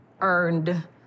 earned